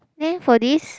then for this